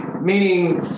meaning